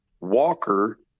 Walker